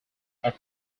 are